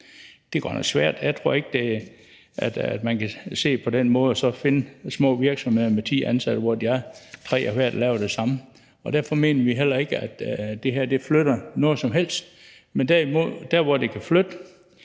er godt nok svært. Jeg tror ikke, at man kan se det på den måde og så finde små virksomheder med 10 ansatte, hvor 3 af hvert køn laver det samme, og derfor mener vi heller ikke, at det her flytter noget som helst. Men det kan flytte